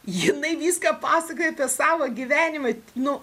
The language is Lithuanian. jinai viską pasakoja apie savo gyvenimą nu